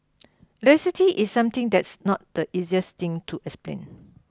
electricity is something that's not the easiest thing to explain